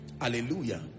Hallelujah